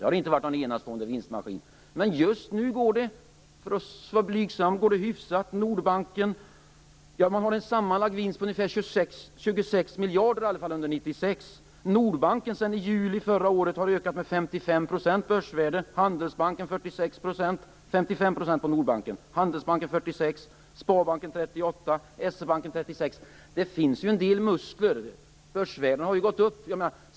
Den har inte varit någon enastående vinstmaskin, men just nu går det, blygsamt uttryckt, hyfsat. Man har under 1996 i varje fall gjort en sammanlagd vinst om ungefär 26 miljarder. Börsvärdena har sedan juli förra året ökat i Nordbanken med 55 %, i Handelsbanken med 46 %, i Det finns en del muskler.